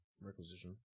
requisition